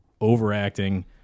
overacting